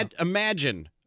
imagine